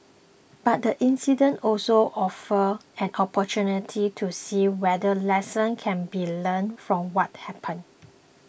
but the incident also offered an opportunity to see whether lessons can be learned from what happened